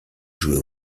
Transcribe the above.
jouer